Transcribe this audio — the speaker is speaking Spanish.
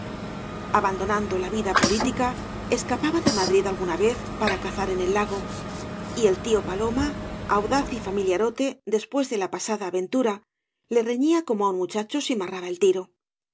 docando la vida política escapaba de madrid alguna vez para cazar en el lago y el tío paloma audaz y f amillaróte después de la pasada aven tura le reñía como á un muchacho si marraba el tiro